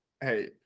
Hey